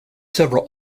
several